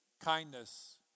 kindness